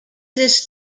this